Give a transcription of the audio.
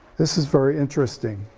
this is very interesting.